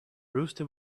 rooster